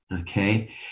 Okay